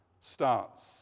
starts